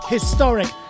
Historic